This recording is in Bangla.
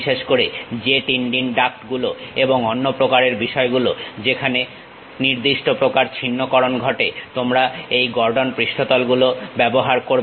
বিশেষ করে জেট ইঞ্জিন ডাক্ট গুলো এবং অন্য প্রকারের বিষয়গুলো যেখানে নির্দিষ্ট প্রকার ছিন্নকরণ ঘটে থাকে তোমরা এই গর্ডন পৃষ্ঠতল গুলো ব্যবহার করবে